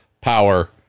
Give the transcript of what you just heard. power